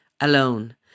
alone